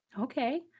Okay